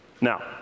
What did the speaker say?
Now